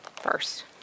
first